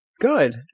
Good